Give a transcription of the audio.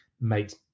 makes